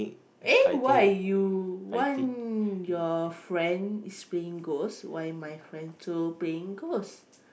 eh why you want your friend is playing ghost why my friend also playing ghost